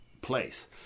place